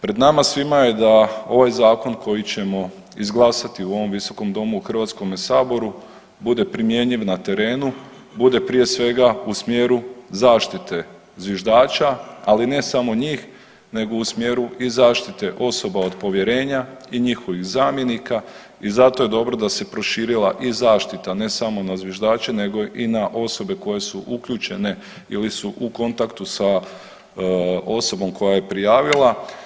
Pred nama svima je da ovaj zakon koji ćemo izglasati u ovom Visokom domu u Hrvatskome saboru bude primjenjiv na terenu, bude prije svega u smjeru zaštite zviždača, ali ne samo njih nego i smjeru zaštite osoba od povjerenja i njihovih zamjenika i zato je dobro da se proširila i zaštita ne samo na zviždače, nego i na osobe koje su uključene ili su u kontaktu sa osobom koja je prijavila.